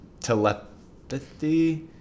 telepathy